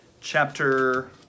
chapter